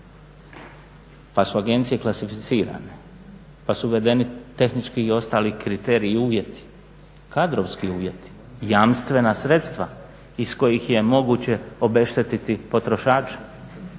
pa su agencije klasificirane pa su uvedeni tehnički i ostali kriteriji i uvjeti, kadrovski uvjeti, jamstvena sredstva iz kojih je moguće obeštetiti potrošača.